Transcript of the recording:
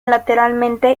lateralmente